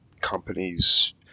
companies